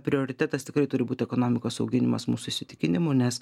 prioritetas tikrai turi būt ekonomikos auginimas mūsų įsitikinimu nes